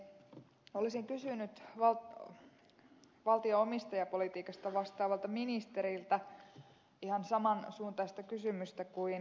olisin kysynyt valtio omistajapolitiikasta vastaavalta ministeriltä ihan saman suuntaista kysymystä kuin ed